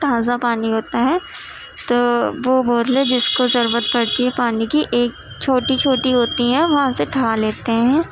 تازہ پانی ہوتا ہے تو وہ بوتلیں جس کو ضرورت پڑتی ہے پانی کی ایک چھوٹی چھوٹی ہوتی ہیں وہاں سے اٹھا لیتے ہیں